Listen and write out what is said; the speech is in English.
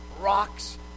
rocks